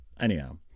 Anyhow